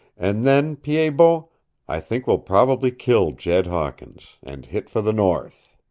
and then, pied-bot, i think we'll probably kill jed hawkins, and hit for the north.